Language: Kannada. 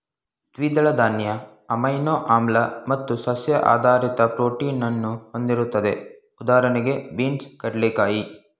ದ್ವಿದಳ ಧಾನ್ಯ ಅಮೈನೋ ಆಮ್ಲ ಮತ್ತು ಸಸ್ಯ ಆಧಾರಿತ ಪ್ರೋಟೀನನ್ನು ಹೊಂದಿರ್ತದೆ ಉದಾಹಣೆಗೆ ಬೀನ್ಸ್ ಕಡ್ಲೆಕಾಯಿ